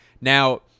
Now